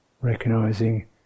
Recognizing